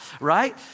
right